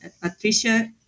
Patricia